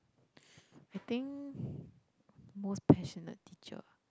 I think most passionate teacher